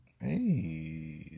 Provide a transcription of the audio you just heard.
Hey